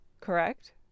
correct